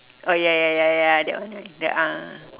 uh ya ya ya ya that one right the ah